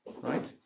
right